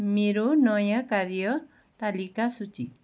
मेरो नयाँ कार्य तालिका सूची